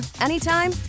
anytime